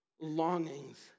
longings